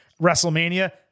WrestleMania